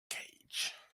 cage